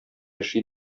яши